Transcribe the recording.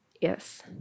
Yes